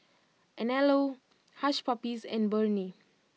Anello Hush Puppies and Burnie